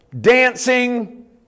dancing